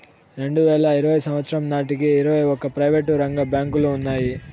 రెండువేల ఇరవై సంవచ్చరం నాటికి ఇరవై ఒక్క ప్రైవేటు రంగ బ్యాంకులు ఉన్నాయి